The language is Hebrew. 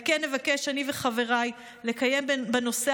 על כן נבקש חבריי ואני לקיים דיון בנושא